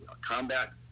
combat